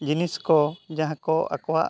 ᱡᱤᱱᱤᱥ ᱠᱚ ᱡᱟᱦᱟᱸ ᱠᱚ ᱟᱠᱚᱣᱟᱜ